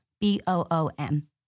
B-O-O-M